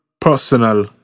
personal